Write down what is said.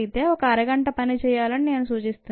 ఒక అరగంట పని చేయాలని నేను సూచిస్తున్నాను